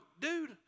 dude